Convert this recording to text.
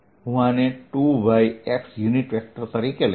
હું આને 2yx તરીકે લઈશ